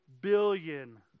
billion